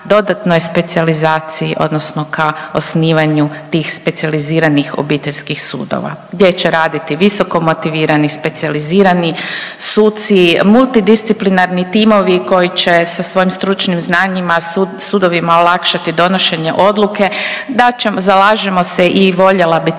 dodatnoj specijalizaciji odnosno ka osnivanju tih specijaliziranih obiteljskih sudova gdje će raditi visoko motivirani specijalizirani suci, multidisciplinarni timovi koji će sa svojim stručnim znanjima sudovima olakšati donošenje odluke. Zalažemo se i voljela bi